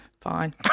Fine